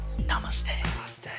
Namaste